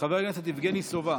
חבר הכנסת יבגני סובה